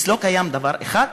אצלו קיים דבר אחד: